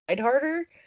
harder